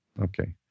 Okay